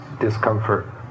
discomfort